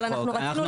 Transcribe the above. אבל אנחנו רצינו,